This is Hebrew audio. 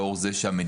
לאור זה שלמדינה,